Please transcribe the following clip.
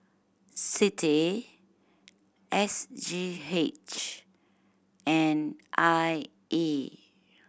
CITI S G H and I E